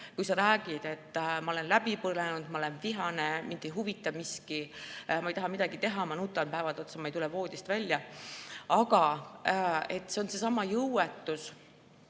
kui sa räägid, et sa oled läbi põlenud, sa oled vihane, sind ei huvita miski, sa ei taha midagi teha, sa nutad päevad otsa, sa ei tule voodist välja. Aga teinekord tabab meid